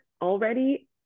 already